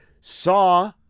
saw